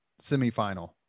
semifinal